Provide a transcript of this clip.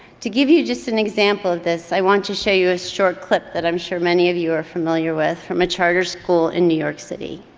to give you just an example of this, i want to show you a short clip that i'm sure many of you are familiar with from a charter school in new york city.